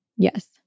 Yes